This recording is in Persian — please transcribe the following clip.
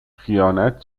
خیانت